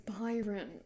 Byron